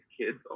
kids